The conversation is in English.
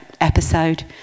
episode